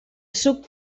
suc